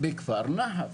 בכפר נחס.